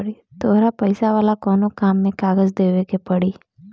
तहरा पैसा वाला कोनो काम में कागज देवेके के पड़ी